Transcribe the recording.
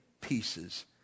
pieces